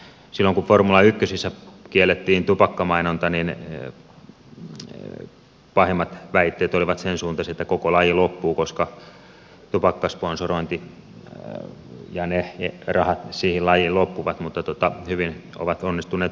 silloin kun formula ykkösissä kiellettiin tupakkamainonta niin pahimmat väitteet olivat sensuuntaisia että koko laji loppuu koska tupakkasponsorointi ja ne rahat siihen lajiin loppuvat mutta hyvin ovat onnistuneet paikkaamaan sen